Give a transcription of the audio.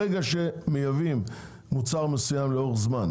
ברגע שמייבאים מוצר מסוים לאורך זמן,